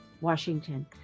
Washington